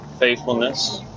faithfulness